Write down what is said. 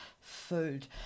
food